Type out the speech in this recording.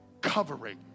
Covering